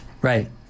Right